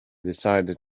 decided